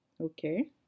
Okay